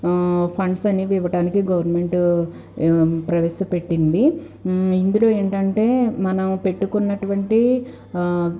funds అనేవి ఇవ్వటానికి government ప్రవేశపెట్టింది ఇందులో ఏంటంటే మనం పెట్టుకున్నటువంటి